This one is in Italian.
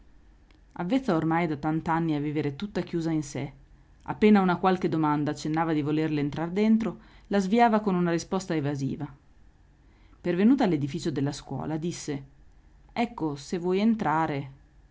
avvezza ormai da tant'anni a vivere tutta chiusa in sé appena una qualche domanda accennava di volerle entrar dentro la sviava con una risposta evasiva pervenuta all'edificio della scuola disse ecco se vuoi entrare